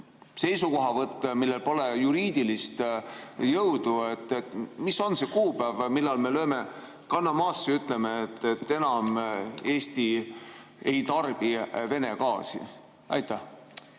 seisukohavõtt, millel pole juriidilist jõudu. Mis on see kuupäev, millal me lööme kanna maasse ja ütleme, et enam Eesti ei tarbi Vene gaasi? Suur